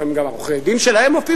לפעמים גם עורכי-הדין שלהם מופיעים,